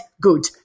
good